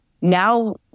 now